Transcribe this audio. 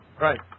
right